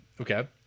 okay